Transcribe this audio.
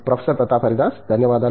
professor Pratap Haridas ధన్యవాదాలు